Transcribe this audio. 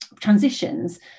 transitions